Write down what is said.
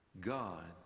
God